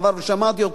ושמעתי אותך,